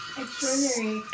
extraordinary